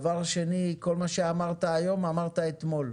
דבר שני, כל מה שאמרת היום, אמרת גם אתמול.